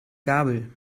gabel